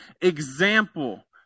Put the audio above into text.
Example